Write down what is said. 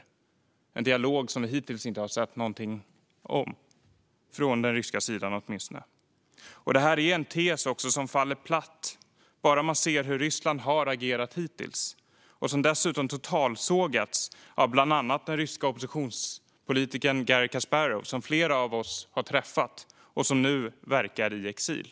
Det är en dialog som vi hittills inte har sett någonting av, åtminstone inte från den ryska sidan. Det här är en tes som faller platt när man ser hur Ryssland har agerat hittills och som dessutom totalsågats av bland andra den ryske oppositionspolitikern Garri Kasparov, som flera av oss har träffat och som nu verkar i exil.